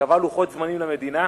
קבע לוחות זמנים למדינה,